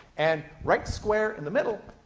and right square in the middle,